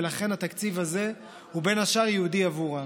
ולכן התקציב הזה הוא בין השאר ייעודי עבורם.